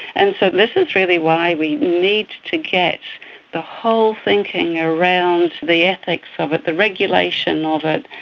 and so this is really why we need to get the whole thinking around the ethics of it, the regulation of it,